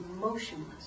motionless